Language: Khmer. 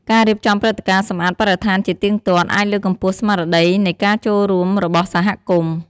ការរៀបចំព្រឹត្តិការណ៍សម្អាតបរិស្ថានជាទៀងទាត់ អាចលើកកម្ពស់ស្មារតីនៃការចូលរួមរបស់សហគមន៍។